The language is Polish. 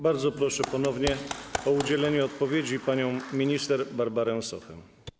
Bardzo proszę ponownie o udzielenie odpowiedzi panią minister Barbarę Sochę.